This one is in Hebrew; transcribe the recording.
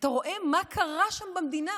ואתה רואה מה קרה שם במדינה.